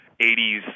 80s